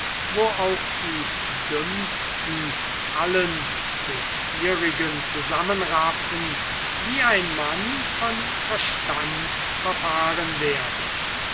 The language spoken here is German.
wo auch die dummsten allen den ihrigen zusammenraffen wie ein mann von verstande verfahren werde